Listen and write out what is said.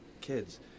kids